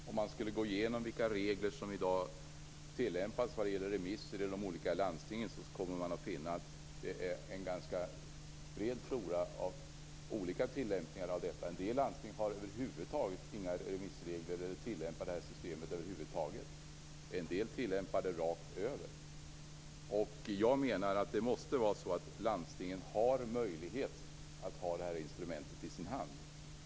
Fru talman! Om man går igenom de regler som i dag tillämpas i fråga om remisser i de olika landstingen finner man att det är en ganska bred flora av regler. En del landsting har över huvud taget inga remissregler. En del tillämpar systemet rakt över. Det måste vara så att landstingen har möjlighet att ha detta instrument i sin hand.